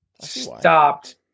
stopped